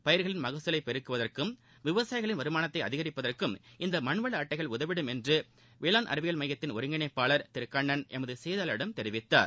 பயிர்களின் மக்குலைபெருக்குவதற்கும் விவசாயிகளின் வருமானத்தைஅதிகரிப்பதற்கம் இந்தமண்வளஅட்டை உதவிடும் என்றுவேளான் அறிவியல் மையத்தின் ஒருங்கிணைப்பாளர் திருகண்ணன் எமதுசெய்தியாளரிடம் தெரிவித்தார்